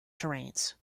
terrains